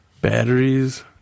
Batteries